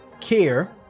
care